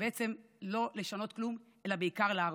ובעצם לא לשנות כלום אלא בעיקר להרוס.